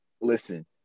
Listen